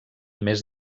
més